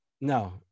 no